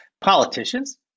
Politicians